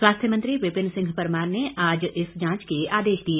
स्वास्थ्य मंत्री विपिन सिंह परमार ने आज इस जांच के आदेश दिए